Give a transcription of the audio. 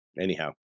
anyhow